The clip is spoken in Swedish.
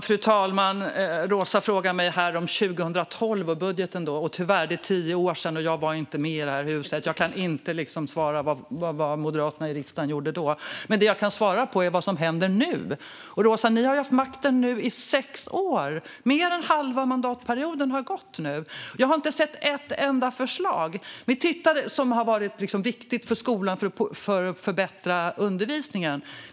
Fru talman! Roza Güclü Hedin frågar mig om budgeten för 2012. Det är nästan tio år sedan, och jag var inte med i det här huset på den tiden. Jag kan tyvärr inte svara på vad Moderaterna i riksdagen gjorde då. Det jag kan svara på är vad som händer nu. Roza! Ni har haft makten i sex år. Nu har mer än halva mandatperioden gått, och jag har inte sett ett enda förslag som varit viktigt för att förbättra skolundervisningen.